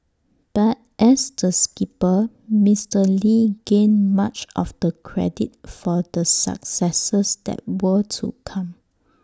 but as the skipper Mister lee gained much of the credit for the successes that were to come